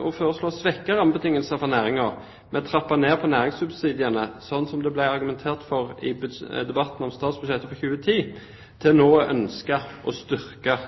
å foreslå å svekke rammebetingelsene for næringen ved å trappe ned på næringssubsidiene, slik som det ble argumentert for i debatten om statsbudsjettet for 2010, til nå å ønske å styrke